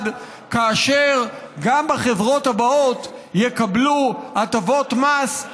כאשר גם בחברות הבאות יקבלו הטבות מס,